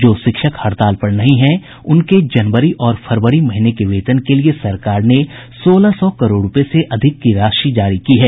जो शिक्षक हड़ताल पर नहीं हैं उनके जनवरी और फरवरी महीने के वेतन के लिए सरकार ने सोलह सौ करोड़ रुपये से अधिक की राशि जारी की है